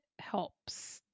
helps